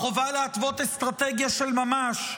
החובה להתוות אסטרטגיה של ממש,